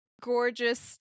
gorgeous